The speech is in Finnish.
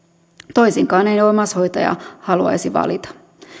toisinkaan ei omaishoitaja haluaisi valita